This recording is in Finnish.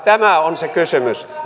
tämä on se kysymys